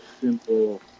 simple